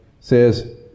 says